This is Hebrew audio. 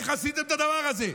איך עשיתם את הדבר הזה?